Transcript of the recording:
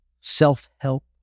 self-help